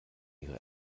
ihre